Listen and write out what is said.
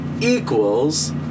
equals